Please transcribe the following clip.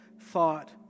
thought